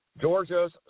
Georgia's